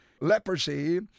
leprosy